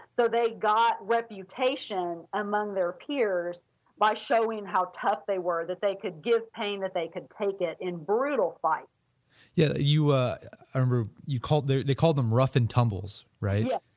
so they got a reputation among their peers by showing how tough they were that they could give pain that they could take it in brutal fights yeah, you ah you called, they they called them rough and tumbles, right?